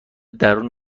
درون